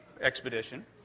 expedition